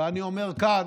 ואני אומר כאן: